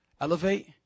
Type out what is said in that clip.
Elevate